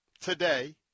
today